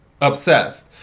Obsessed